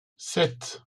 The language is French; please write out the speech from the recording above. sept